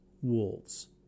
wolves